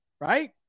right